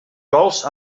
cols